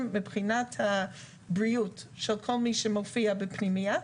שמבחינת הבריאות של כל מי שנמצא בפנימייה,